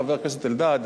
חבר הכנסת אלדד,